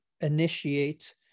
initiate